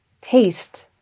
taste